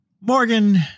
Morgan